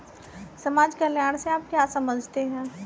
समाज कल्याण से आप क्या समझते हैं?